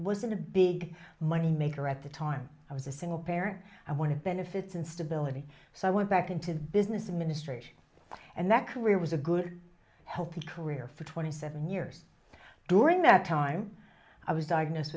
wasn't a big money maker at the time i was a single parent and went to benefits and stability so i went back into business administration and that career was a good help a career for twenty seven years during that time i was diagnosed